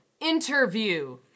interview